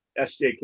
SJK